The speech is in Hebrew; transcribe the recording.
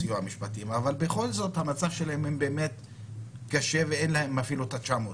אבל בכל זאת המצב שלהם קשה ואין להם אפילו את ה-900 שקל.